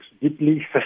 deeply